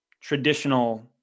traditional